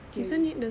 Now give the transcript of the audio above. theory